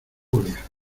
julia